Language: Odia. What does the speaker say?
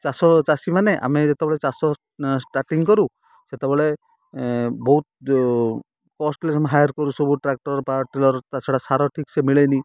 ଚାଷ ଚାଷୀ ମାନେ ଆମେ ଯେତେବେଳେ ଚାଷ ଷ୍ଟାର୍ଟିଂ କରୁ ସେତେବେଳେ ବହୁତ କଷ୍ଟଲି ଆମେ ହାୟାର୍ କରୁ ସବୁ ଟ୍ରାକ୍ଟର୍ ପାୱାର୍ ଟିଲର୍ ତା'ଛଡ଼ା ସାର ଠିକ୍ସେ ମିଳେନି